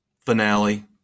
Finale